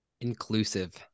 Inclusive